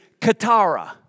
katara